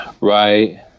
Right